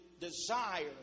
desire